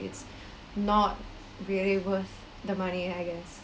it's not really worth the money I guess